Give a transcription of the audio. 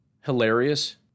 hilarious